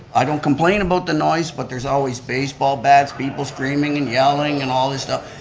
i don't complain about the noise, but there's always baseball bats, people screaming and yelling and all this stuff.